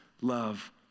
love